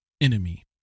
enemy